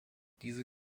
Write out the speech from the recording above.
diese